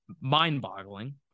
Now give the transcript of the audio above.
mind-boggling